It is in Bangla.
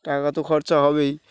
টাকা তো খরচা হবেই